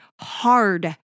hard